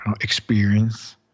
experience